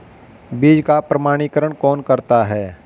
बीज का प्रमाणीकरण कौन करता है?